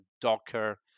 Docker